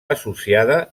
associada